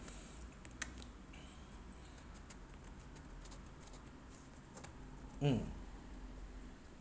mm